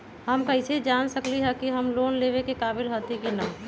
हम कईसे जान सकली ह कि हम लोन लेवे के काबिल हती कि न?